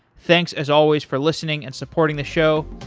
thanks as always for listening and supporting the show,